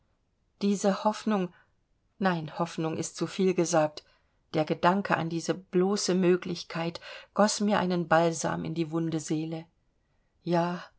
diese hoffnung nein hoffnung ist zu viel gesagt der gedanke an diese bloße möglichkeit goß mir einen balsam in die wunde seele ja